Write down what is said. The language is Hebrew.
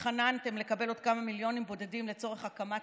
שהתחננתם לקבל עוד כמה מיליונים בודדים לצורך הקמת